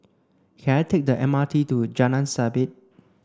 can I take the M R T to Jalan Sabit